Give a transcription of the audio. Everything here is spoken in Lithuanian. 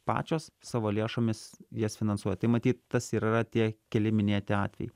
pačios savo lėšomis jas finansuoja tai matyt tas ir yra tie keli minėti atvejai